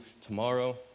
tomorrow